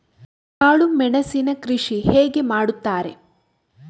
ಕಾಳು ಮೆಣಸಿನ ಕೃಷಿ ಹೇಗೆ ಮಾಡುತ್ತಾರೆ?